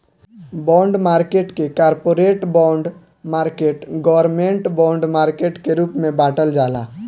bond market के corporate bond market government bond market के रूप में बॉटल जाला